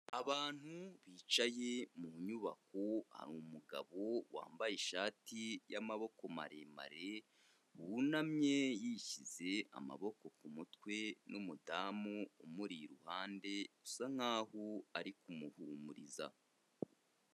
Abantu bicaye mu nyubako, hari umugabo wambaye ishati y'amaboko maremare, wunamye yishyize amaboko ku mutwe n'umudamu umuri iruhande usa nk'aho ari kumuhumuriza.